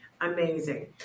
Amazing